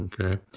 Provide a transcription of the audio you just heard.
Okay